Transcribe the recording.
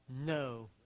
No